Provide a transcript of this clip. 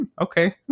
okay